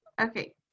Okay